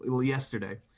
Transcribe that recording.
yesterday